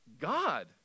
God